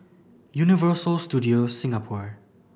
Universal Studios Singapore